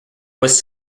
was